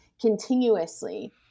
continuously